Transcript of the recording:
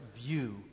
view